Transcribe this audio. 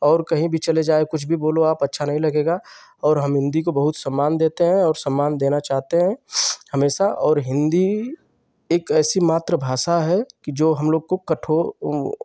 और कहीं भी चले जाएँ कुछ भी बोलो आप अच्छा नहीं लगेगा और हम हिन्दी को बहुत सम्मान देते हैं और सम्मान देना चाहते हैं हमेशा और हिन्दी एक ऐसी मातृभाषा है कि जो हमलोग को कठोर